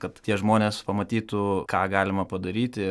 kad tie žmonės pamatytų ką galima padaryti